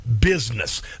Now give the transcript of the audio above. business